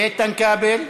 איתן כבל.